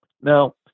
Now